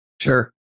Sure